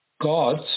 gods